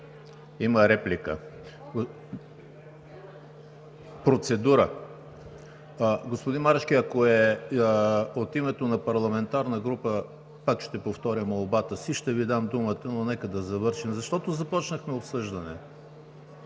ЕМИЛ ХРИСТОВ: Процедура – господин Марешки, ако е от името на парламентарна група, пак ще повторя молбата си: ще Ви дам думата, но нека да завършим. Защото започнахме обсъждане.